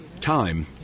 Time